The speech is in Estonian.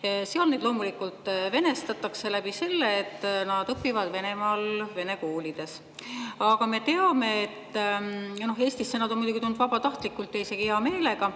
Seal neid loomulikult venestatakse sellega, et nad õpivad Venemaa vene koolides. Me teame, et Eestisse on [ukrainlased] muidugi tulnud vabatahtlikult ja isegi hea meelega.